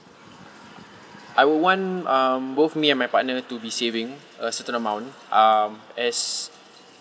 I would want um both me and my partner to be saving a certain amount um as